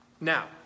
Now